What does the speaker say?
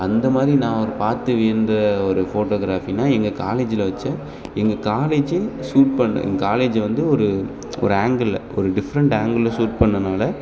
அந்த மாதிரி நான் ஒரு பார்த்து வியந்த ஒரு ஃபோட்டோக்ராஃபினால் எங்கள் காலேஜில் வச்ச எங்கள் காலேஜே ஷூட் பண்ண எங்கள் காலேஜை வந்து ஒரு ஒரு ஆங்கிளில் ஒரு டிஃப்ரெண்ட் ஆங்களில் ஷூட் பண்ணதுனால